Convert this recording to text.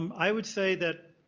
um i would say that